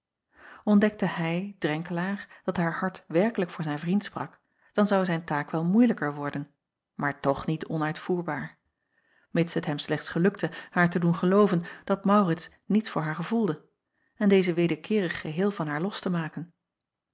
ntdekte hij renkelaer dat haar hart werkelijk voor zijn vriend sprak dan zou zijn taak wel acob van ennep laasje evenster delen moeilijker worden maar toch niet onuitvoerbaar mids het hem slechts gelukte haar te doen gelooven dat aurits niets voor haar gevoelde en dezen wederkeerig geheel van haar los te maken